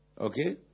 Okay